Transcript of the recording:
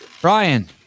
Brian